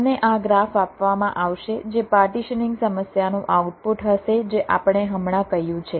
તમને આ ગ્રાફ આપવામાં આવશે જે પાર્ટીશનીંગ સમસ્યાનું આઉટપુટ હશે જે આપણે હમણાં કહ્યું છે